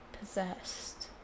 possessed